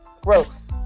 gross